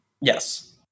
Yes